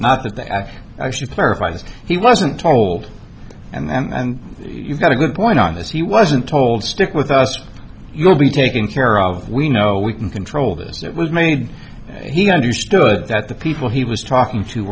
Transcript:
not that the ak actually clarifies he wasn't told and you've got a good point on this he wasn't told stick with us you'll be taken care of we know we can control this that was made he understood that the people he was talking to